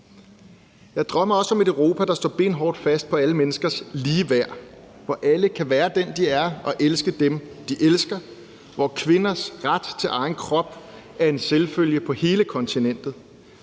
Jeg drømmer også om et Europa, der står benhårdt fast på alle menneskers ligeværd, og hvor alle kan være den, de er, og elske dem, de elsker; hvor kvinders ret til egen krop er en selvfølge på hele kontinentet.